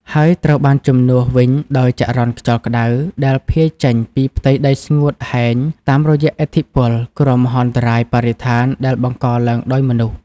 ហើយត្រូវបានជំនួសវិញដោយចរន្តខ្យល់ក្ដៅដែលភាយចេញពីផ្ទៃដីស្ងួតហែងតាមរយៈឥទ្ធិពល គ្រោះមហន្តរាយបរិស្ថានដែលបង្កឡើងដោយមនុស្ស។